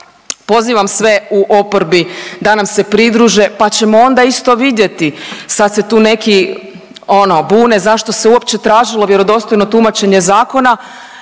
Pozivam sve u oporbi da nam se pridruže, pa ćemo onda isto vidjeti. Sad se tu neki ono bune zašto se uopće tražilo vjerodostojno tumačenje zakona.